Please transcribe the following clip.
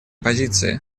позиции